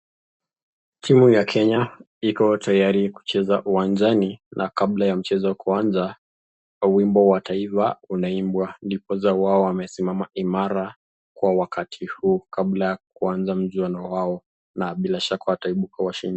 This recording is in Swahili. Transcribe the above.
Timu ya Kenya iko tayari kucheza uwanjani na kabla ya mchezo kuanza wimbo wa taifa unaimbwa ndipo wao wamesimama imara kwa wakati huu kabla ya kuanza mchuano wao na bila shaka wataibuka washindi.